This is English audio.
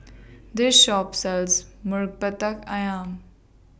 This Shop sells Ayam